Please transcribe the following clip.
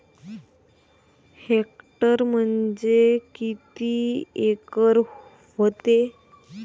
Hectare म्हणजे किती acre व्हते?